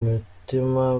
mutima